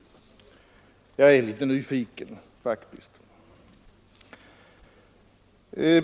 Jag är litet nyfiken faktiskt!